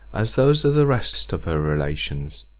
as those of the rest of her relations.